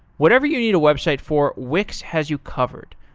whatever you need a website for, wix has you covered.